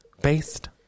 based